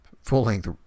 Full-length